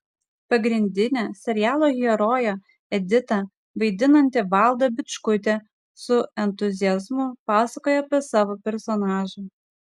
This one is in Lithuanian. pagrindinę serialo heroję editą vaidinanti valda bičkutė su entuziazmu pasakoja apie savo personažą